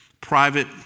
private